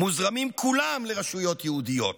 מוזרמים כולם לרשויות יהודיות,